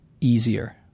easier